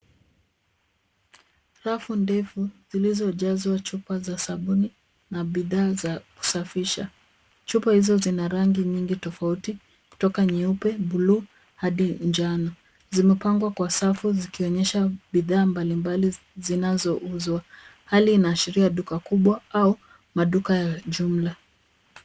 Rafu ndefu, zilizojazwa chupa za sabuni na bidhaa za kusafisha. Chupa hizo zina rangi nyingi tofauti kutoka nyeupe, buluu hadi njano. Zimepangwa kwa safu zikionyesha bidhaa mbalimbali zinazouzwa. Hali inaashiria duka kubwa au maduka ya jumla.